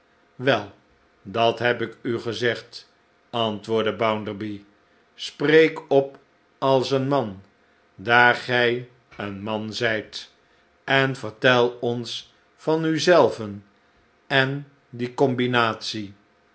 wel dat heb ik u gezegd antwoordde bounderby spreek op als een man daar gij een man zijt en vertel ons van u zelven en die combinatie